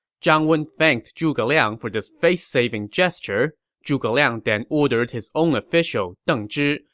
zhang wen thanked zhuge liang for this face-saving gesture. zhuge liang then ordered his own official deng zhi,